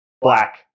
black